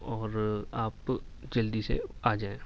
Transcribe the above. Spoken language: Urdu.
اور آپ جلدی سے آ جائیں